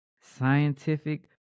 scientific